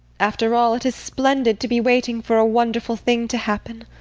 after all, it is splendid to be waiting for a wonderful thing to happen.